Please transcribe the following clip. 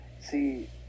see